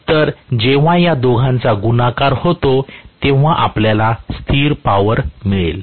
तर जेव्हा या दोघांचा गुणाकार होतो तेव्हा आपल्याला स्थिर पॉवर मिळेल